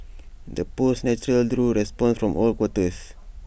the post naturally drew responses from all quarters